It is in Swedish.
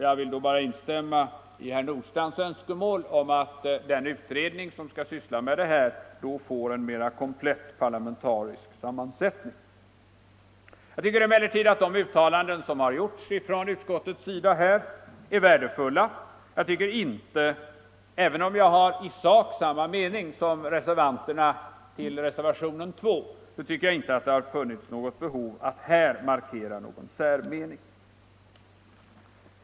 Jag vill då bara instämma i herr Nordstrandhs önskemål om att den utredning som skall syssla med detta får en mera komplett parlamentarisk sammansättning. Jag tycker emellertid att de uttalanden som har gjorts av utskottet är värdefulla; även om jag i sak har samma mening som reservanterna i reservationen 2 har jag inte haft något behov av att här markera någon särmening.